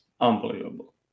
unbelievable